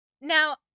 Now